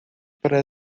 para